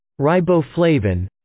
Riboflavin